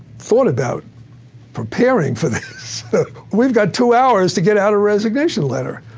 thought about preparing for this, we've got two hours to get out a resignation letter!